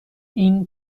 این